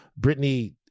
Britney